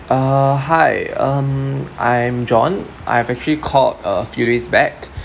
uh hi um I'm john I have actually called a few days back